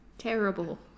Terrible